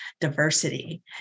diversity